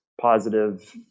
positive